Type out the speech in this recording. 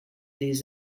des